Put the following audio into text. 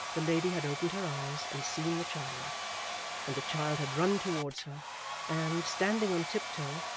the lady had opened her eyes and seen the child and the child had run towards her and, standing on tiptoe,